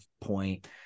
point